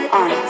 on